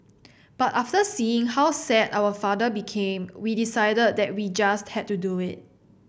but after seeing how sad our father became we decided that we just had to do it